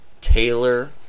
Taylor